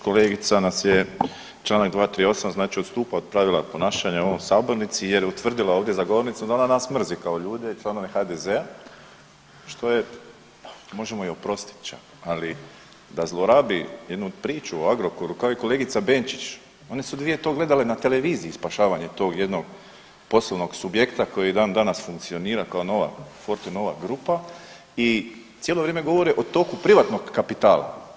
Kolegica nas je čl. 238.znači odstupa od pravila ponašanja u ovoj sabornici jer je utvrdila za ovom govornicom da ona nas mrzi kao ljude i članove HDZ-a što je možemo joj oprostiti čak, ali da zlorabi jednu priču o Agrokoru kao i kolegica Benčić one su dvije to gledale na televiziji spašavanje tog jednog poslovnog subjekta koji i dan danas funkcionira kao Fortenova grupa i cijelo vrijeme govori o toku privatnog kapitala.